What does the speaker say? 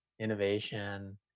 innovation